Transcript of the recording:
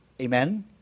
Amen